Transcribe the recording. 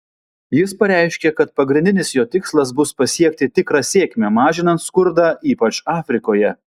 jis pareiškė kad pagrindinis jo tikslas bus pasiekti tikrą sėkmę mažinant skurdą ypač afrikoje